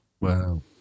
Wow